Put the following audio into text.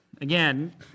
Again